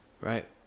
right